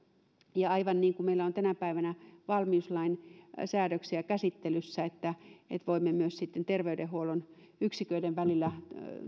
ja kun meillä on tänä päivänä valmiuslain säädöksiä käsittelyssä että voimme myös sitten terveydenhuollon yksiköiden välillä